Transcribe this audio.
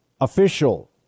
official